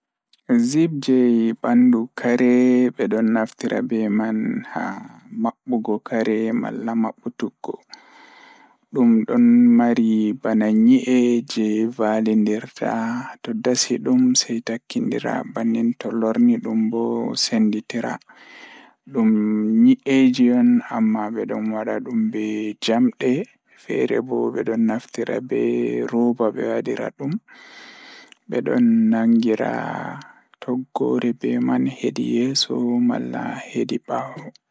Zipper ɗiɗi waɗi e njiytaade laawol e dow ɓe nafaade e jemma. Nde eɓe njiyata, buuɓe e ɗiɗi nafaade njalti e ɓe hiɓe e laawol ngol, waɗi e ngal nafaade. Eɓe waawataa e hokka e ngol ɗe e tagude e ndiyam ngal.